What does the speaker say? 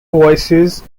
voices